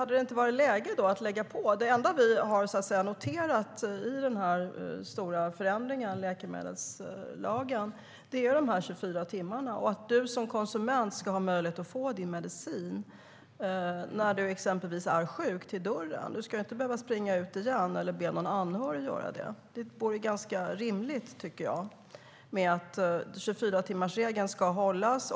Det enda som vi har noterat i den stora förändringen av läkemedelslagen är 24-timmarsregeln och att du som konsument ska ha möjlighet att få din medicin till dörren när du är sjuk. Du ska inte behöva springa ut eller be någon anhörig att göra det. Jag tycker att det är ganska rimligt att 24-timmarsregeln ska hållas.